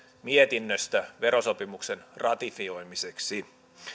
mietinnöstä verosopimuksen ratifioimiseksi